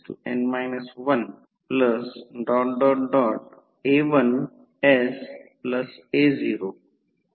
तर हे cos 38 o आहे म्हणूनच ते cos 38 o आहे ते 3300 वॅट आहे